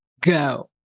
go